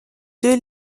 deux